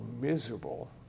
miserable